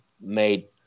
made